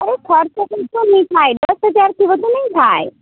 અરે ખર્ચ બિલકુલ નહીં થાય દસ હજારથી વધુ નહીં થાય